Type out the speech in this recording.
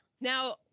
Now